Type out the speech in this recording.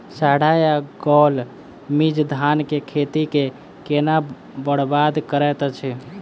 साढ़ा या गौल मीज धान केँ खेती कऽ केना बरबाद करैत अछि?